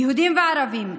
יהודים וערבים,